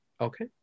Okay